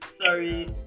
Sorry